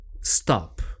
stop